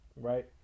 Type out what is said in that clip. right